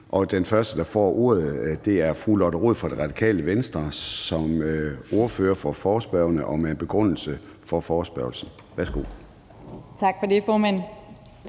Den første, der får ordet, er fru Lotte Rod, Radikale Venstre, som ordfører for forespørgerne med en begrundelse for forespørgslen. Værsgo. Kl.